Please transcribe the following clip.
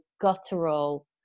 guttural